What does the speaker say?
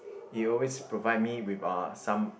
it would always provide me with uh some